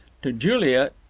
to juliet,